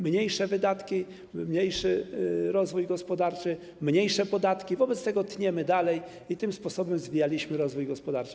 Mniejsze wydatki, mniejszy rozwój gospodarczy, mniejsze podatki, wobec tego tniemy dalej i tym sposobem zwijaliśmy rozwój gospodarczy.